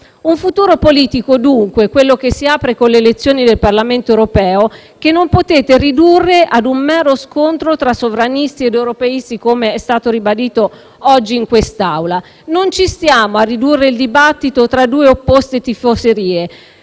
Un futuro politico, dunque, quello che si apre con le elezioni del Parlamento europeo, che non potete ridurre ad un mero scontro tra sovranisti ed europeisti, come è stato ribadito oggi in quest'Aula. Non ci stiamo a ridurre il dibattito tra due opposte tifoserie,